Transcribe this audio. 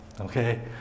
okay